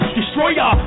Destroyer